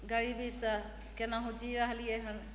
गरीबीसँ केनाहु जी रहलियै हन